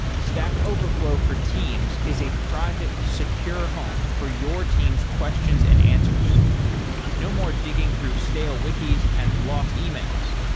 stack overflow for teams is a private secure home for your team's questions and answers no more digging through stale wiki's and lost emails.